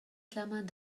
klammern